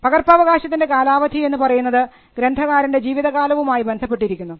പകർപ്പവകാശത്തിൻറെ കാലാവധി എന്ന് പറയുന്നത് ഗ്രന്ഥകർത്താവിൻറെ ജീവിതകാലവും ആയി ബന്ധപ്പെട്ടിരിക്കുന്നു